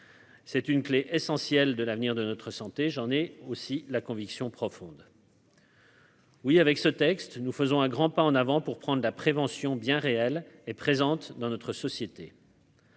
C'est une clé essentielle de l'avenir de notre santé, j'en ai aussi la conviction profonde. Oui, avec ce texte, nous faisons un grand pas en avant pour prendre la prévention bien réelle et présente dans notre société.